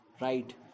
right